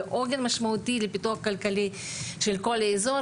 ועוגן משמעותי לפיתוח הכלכלי של כל האזור,